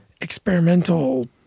experimental